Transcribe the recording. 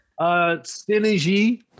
Synergy